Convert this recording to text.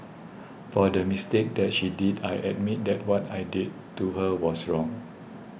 for the mistake that she did I admit that what I did to her was wrong